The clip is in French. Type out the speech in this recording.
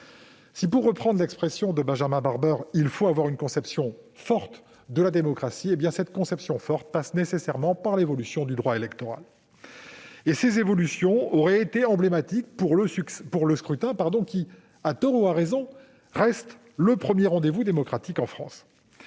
Si, pour reprendre l'expression de Benjamin Barber, il faut avoir une conception « forte » de la démocratie, celle-ci passe nécessairement par l'évolution du droit électoral. Ces évolutions auraient été emblématiques pour le scrutin qui, à tort ou à raison, reste le premier rendez-vous démocratique en France.